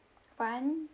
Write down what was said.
one